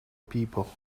people